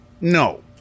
No